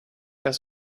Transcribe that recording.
das